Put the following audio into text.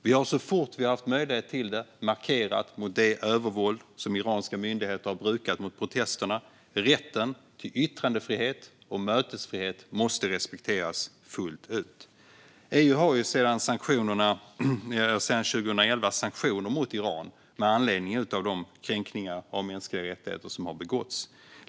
Vi har så fort vi har haft möjlighet markerat mot det övervåld som iranska myndigheter har brukat mot protesterna. Rätten till yttrandefrihet och mötesfrihet måste respekteras fullt ut. EU har sedan 2011 sanktioner mot Iran med anledning av de kränkningar av mänskliga rättigheter som har begåtts.